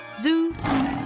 Zoo